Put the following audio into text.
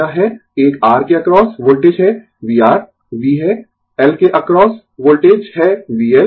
तो यह है एक R के अक्रॉस वोल्टेज है vR V है L के अक्रॉस वोल्टेज है VL